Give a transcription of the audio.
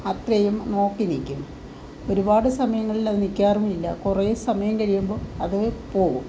അത്രയും നോക്കി നിൽക്കും ഒരുപാട് സമയങ്ങളിലൊന്നും നിൽക്കാറുമില്ല കുറെ സമയം കഴിയുമ്പോൾ അത് പോകും